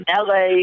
LA